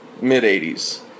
mid-80s